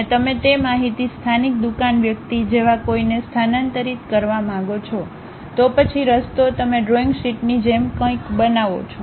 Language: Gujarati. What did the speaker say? અને તમે તે માહિતી સ્થાનિક દુકાન વ્યક્તિ જેવા કોઈને સ્થાનાંતરિત કરવા માંગો છો તો પછી રસ્તો તમે ડ્રોઇંગ શીટની જેમ કંઈક બનાવો છો